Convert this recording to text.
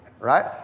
Right